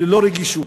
ללא רגישות.